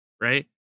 right